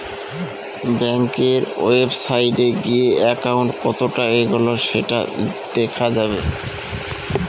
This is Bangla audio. ব্যাঙ্কের ওয়েবসাইটে গিয়ে একাউন্ট কতটা এগোলো সেটা দেখা যাবে